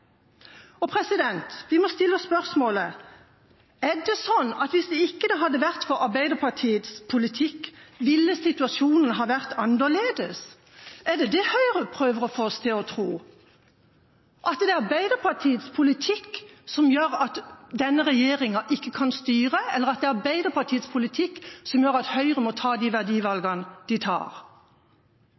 Vi må stille spørsmålet: Er det sånn at hvis det ikke hadde vært for Arbeiderpartiets politikk, ville situasjonen ha vært annerledes? Er det det Høyre prøver å få oss til å tro, at det er Arbeiderpartiets politikk som gjør at denne regjeringa ikke kan styre, eller at det er Arbeiderpartiets politikk som gjør at Høyre må ta de verdivalgene de tar?